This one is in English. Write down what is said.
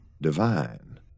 divine